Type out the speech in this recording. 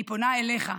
אני פונה אליך,